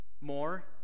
More